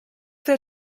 that